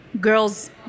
girls